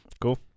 Cool